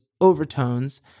overtones